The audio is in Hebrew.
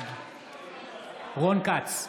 בעד רון כץ,